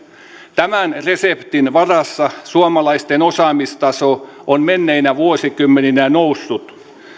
tämän reseptin varassa suomalaisten osaamistaso on menneinä vuosikymmeninä noussut